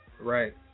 Right